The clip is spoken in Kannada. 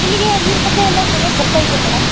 ನಿಮಗೆ ನೀರು ಸಪ್ಲೈ ಎಲ್ಲ ಸರ್ಯಾಗಿ ಬರ್ತಾ ಇದೆಯಾ ಮೇಡಮ್